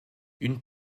une